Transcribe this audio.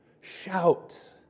Shout